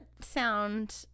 sound